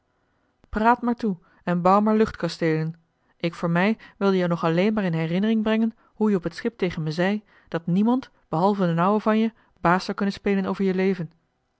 maar toe en bouw maar luchtkasteelen ik voor mij wilde je nog alleen maar in herinnering joh h been paddeltje de scheepsjongen van michiel de ruijter brengen hoe je op het schip tegen me zei dat niemand behalve d'n ouwe van je baas zou kunnen spelen over je leven